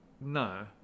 No